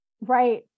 right